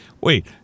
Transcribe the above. wait